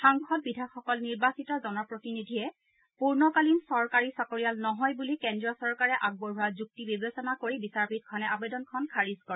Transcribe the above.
সাংসদ বিধায়কসকল নিৰ্বাচিত জনপ্ৰতিনিধিহে পূৰ্ণকালীন চৰকাৰী চাকৰিয়াল নহয় বুলি কেন্দ্ৰীয় চৰকাৰে আগবঢ়োৱা যুক্তি বিবেচনা কৰি বিচাৰপীঠখনে আৱেদনখন খাৰিজ কৰে